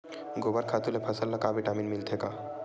गोबर खातु ले फसल ल का विटामिन मिलथे का?